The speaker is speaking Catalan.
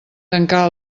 tancà